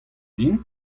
din